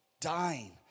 Dying